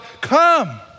come